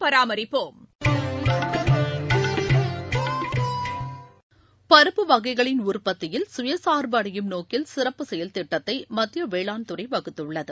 பருப்பு வகைகளின் உற்பத்தியில் சுயசார்புஅடையும் நோக்கில் சிறப்பு செயல் திட்டத்தை மத்திய வேளாண் துறை வகுத்துள்ளது